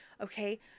Okay